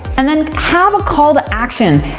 and then, have a call to action.